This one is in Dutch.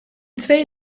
twee